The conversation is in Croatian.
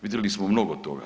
Vidjeli smo mnogo toga.